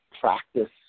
practice